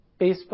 Facebook